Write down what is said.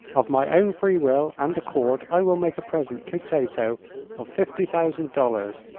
of my own free will and accord i will make a present to tato of fifty thousand dollars,